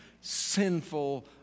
sinful